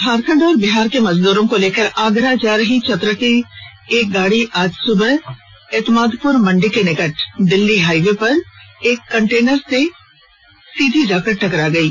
झारखंड और बिहार के मजदूरो को लेकर आगरा जा रही चतरा की एक वाहन की आज सुबह एतमादपुर मंडी के समीप दिल्ली हाईवे पर एक कंटेनर से सीधी टक्कर हो गयी